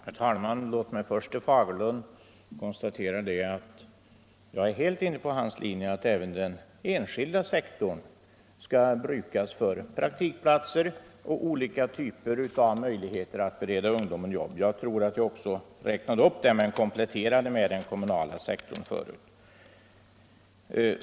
Herr talman! Låt mig först säga till herr Fagerlund att jag är helt med på hans linje att även den enskilda sektorn skall brukas för praktikplatser etc. för att bereda ungdomen jobb. Jag tror att jag också räknade upp detta förut och kompletterade med den kommunala sektorn.